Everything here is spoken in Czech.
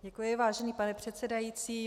Děkuji, vážený pane předsedající.